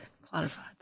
clarified